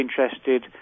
interested